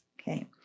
Okay